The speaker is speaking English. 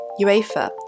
UEFA